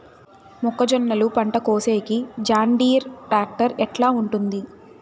మొక్కజొన్నలు పంట కోసేకి జాన్డీర్ టాక్టర్ ఎట్లా ఉంటుంది?